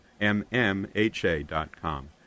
mmha.com